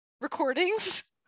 recordings